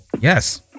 yes